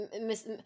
miss